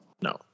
No